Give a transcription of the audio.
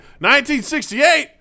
1968